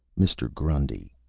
mister grundy,